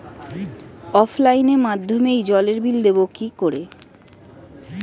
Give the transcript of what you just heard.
অফলাইনে মাধ্যমেই জলের বিল দেবো কি করে?